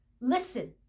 listen